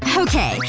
okay,